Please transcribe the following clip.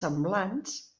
semblants